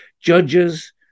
judges